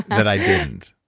that i didn't?